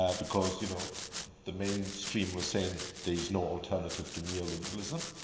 um because you know the mainstream was saying there is no alternative to neoliberalism,